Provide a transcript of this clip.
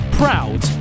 proud